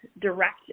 direct